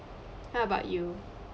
how about you